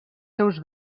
seus